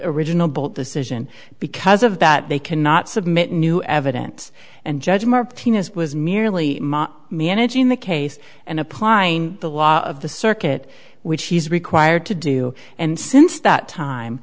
original bold decision because of that they cannot submit new evidence and judge martinez was merely managing the case and applying the law of the circuit which he's required to do and since that time